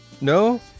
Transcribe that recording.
No